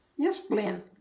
yes blynn?